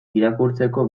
irakurtzeko